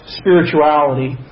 spirituality